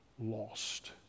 lost